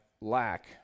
lack